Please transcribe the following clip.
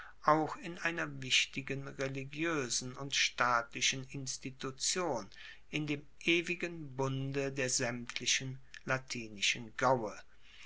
auch in einer wichtigen religioesen und staatlichen institution in dem ewigen bunde der saemtlichen latinischen gaue